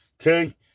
Okay